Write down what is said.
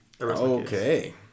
Okay